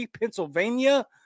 Pennsylvania